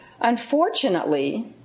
Unfortunately